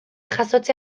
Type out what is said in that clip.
jasotze